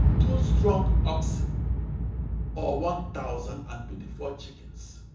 two strong oxen or one thousand and twenty four chickens?